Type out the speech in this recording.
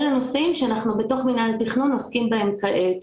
אלה נושאים שאנחנו בתוך מינהל התכנון עוסקים בהם כעת.